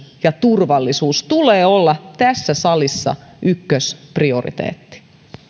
ja turvallisuuden tulee olla tässä salissa ykkösprioriteetti